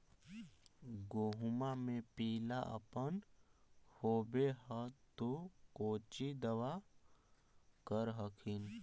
गोहुमा मे पिला अपन होबै ह तो कौची दबा कर हखिन?